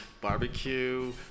Barbecue